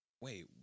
Wait